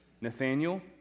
Nathaniel